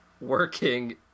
working